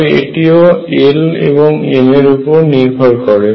তবে এটিও l এবং m এর উপর নির্ভর করে